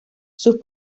sus